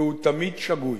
והוא תמיד שגוי".